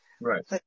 Right